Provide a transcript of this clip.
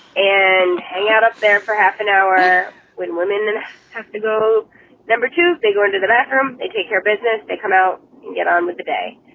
and hang out up there for half an hour when women and have to go number two, they go into the bathroom. they take your business. they come out and get on with the day.